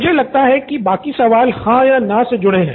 मुझे लगता है कि बाकी सवाल हां या नहीं से जुड़े हैं